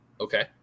Okay